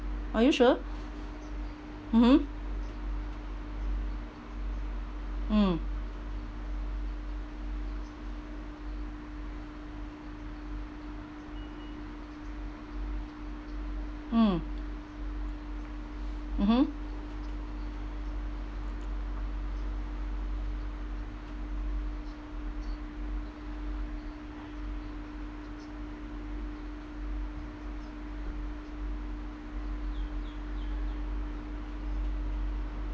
are you sure mm mm